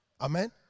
Amen